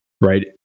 right